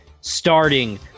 starting